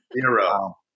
Zero